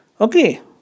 Okay